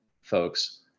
folks